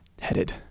headed